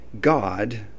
God